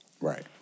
Right